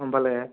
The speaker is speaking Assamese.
গ'ম পালে